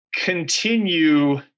continue